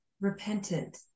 repentant